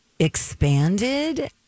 Expanded